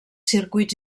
circuits